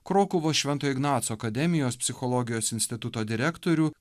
krokuvos švento ignaco akademijos psichologijos instituto direktorių